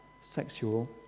sexual